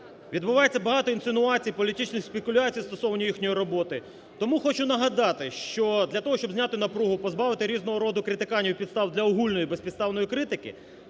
Відбувається багато інсинуацій, політичних спекуляцій стосовно їхньої роботи. Тому хочу нагадати, що для того, щоб зняти напругу, позбавити різного роду критиканів, і підстав для огульної безпідставної критики,